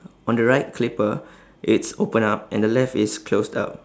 on the right clipper it's open up and the left is closed up